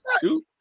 two